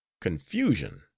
Confusion